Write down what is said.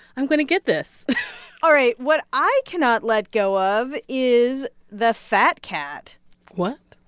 i'm going to get this all right. what i cannot let go of is the fat cat what?